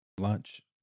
lunch